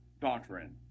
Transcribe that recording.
doctrine